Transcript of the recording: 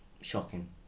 Shocking